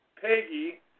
Peggy